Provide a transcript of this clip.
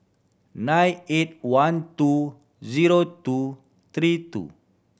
nine eight one two zero two three two